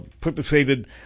perpetrated